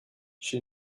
she